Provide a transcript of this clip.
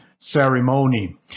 ceremony